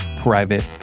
private